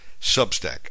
Substack